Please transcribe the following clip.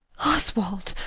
oswald!